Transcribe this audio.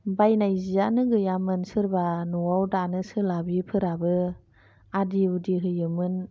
बायनाय सियानो गैयामोन सोरबा न'आव दानो सोलाबैफोराबो आदि उदि होयोमोन